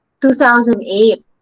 2008